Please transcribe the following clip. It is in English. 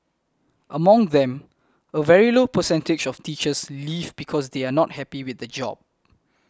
among them a very low percentage of teachers leave because they are not happy with the job